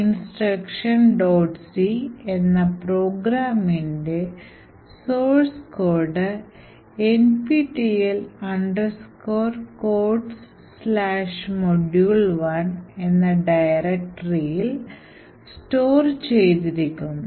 c എന്ന C പ്രോഗ്രാംഇൻറെ source code nptel codes module1 എന്ന ഡയറക്ടറി ഇൽ സ്റ്റോർ ചെയ്തിരിക്കുന്നു